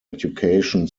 education